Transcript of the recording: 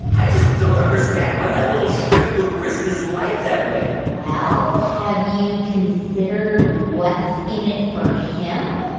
i just don't understand why that little shrimp would risk his life that way well, have you considered what's in it for him?